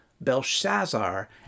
belshazzar